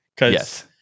Yes